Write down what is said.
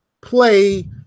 play